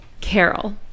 carol